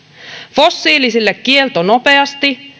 fossiilisille kielto nopeasti